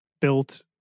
built